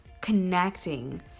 connecting